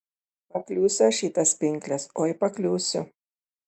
pakliūsiu aš į tas pinkles oi pakliūsiu